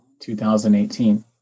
2018